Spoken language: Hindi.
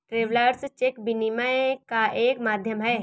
ट्रैवेलर्स चेक विनिमय का एक माध्यम है